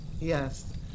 Yes